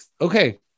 Okay